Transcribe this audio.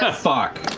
ah fuck.